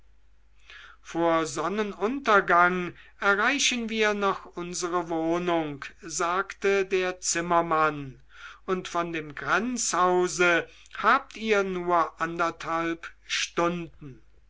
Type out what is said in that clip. vor sonnenuntergang erreichen wir noch unsere wohnung sagte der zimmermann und von dem grenzhause habt ihr nur noch anderthalb stunden